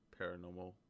paranormal